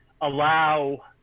allow